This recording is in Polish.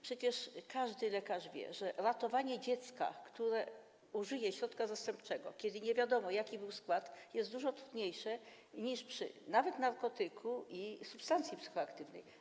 Przecież każdy lekarz wie, że ratowanie dziecka, które użyje środka zastępczego, kiedy nie wiadomo, jaki był jego skład, jest dużo trudniejsze niż nawet przy narkotyku i substancji psychoaktywnej.